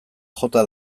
jota